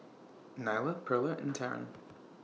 Nyla Perla and Taryn